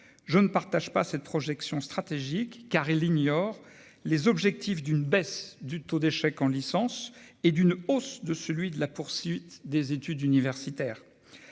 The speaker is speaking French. Je ne partage pas cette projection stratégique, car elle ignore les objectifs d'une baisse du taux d'échec en licence et d'une hausse du taux de poursuite des études universitaires.